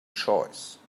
choice